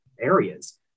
areas